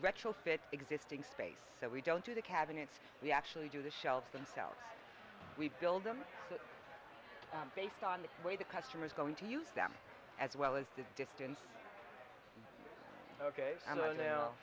retrofit existing space so we don't do the cabinets we actually do the shelves themselves we build them based on the way the customer is going to use them as well as the distance ok